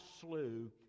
slew